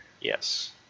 Yes